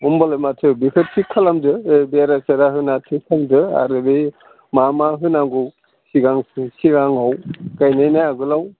होमब्लालाय माथो बेखो थिख खालामदो बेरा सेरा होना थिख खालामदो आरो बै मा मा होनांगौ सिगांआव गायनायनि आगोलाव